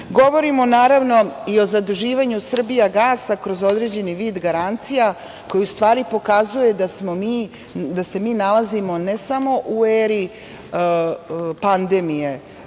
naravno, i o zaduživanju „Srbijagasa“ kroz određeni vid garancija, koji pokazuje da se mi nalazimo ne samo u eri pandemije,